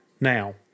Now